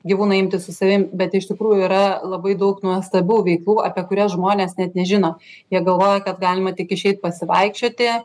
gyvūną imti su savim bet iš tikrųjų yra labai daug nuostabių veiklų apie kurias žmonės net nežino jie galvoja kad galima tik išeit pasivaikščioti